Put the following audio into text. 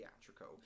theatrical